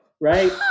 right